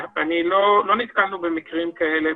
לא נתקלנו במקרים כאלה